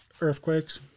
Earthquakes